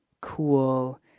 cool